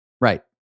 Right